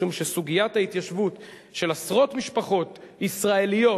משום שסוגיית ההתיישבות של עשרות משפחות ישראליות,